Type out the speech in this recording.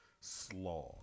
slog